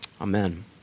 Amen